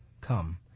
Come